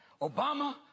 Obama